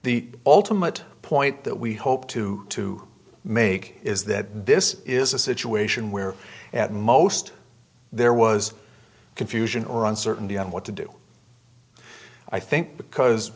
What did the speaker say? the ultimate point that we hope to to make is that this is a situation where at most there was confusion or uncertainty on what to do i think because